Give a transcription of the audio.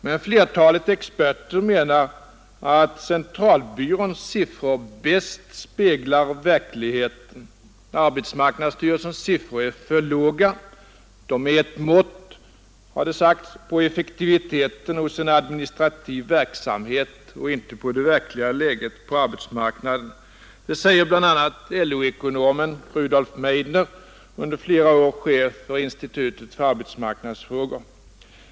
Men flertalet experter menar att centralbyråns siffror bäst speglar verkligheten. Arbetsmarknadsstyrelsens siffror är för låga. De är ett mått, har det sagts, på effektiviteten hos en administrativ verksamhet och inte på det verkliga läget på arbetsmarknaden. Detta säger bl.a. Rudolf Meidner, under flera år chef för institutet för arbetsmarknadsfrågor.